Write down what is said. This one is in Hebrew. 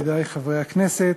ידידי חברי הכנסת,